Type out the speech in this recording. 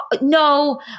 no